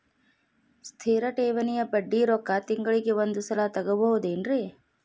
ಸ್ಥಿರ ಠೇವಣಿಯ ಬಡ್ಡಿ ರೊಕ್ಕ ತಿಂಗಳಿಗೆ ಒಂದು ಸಲ ತಗೊಬಹುದೆನ್ರಿ?